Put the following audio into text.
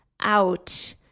out